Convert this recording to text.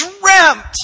dreamt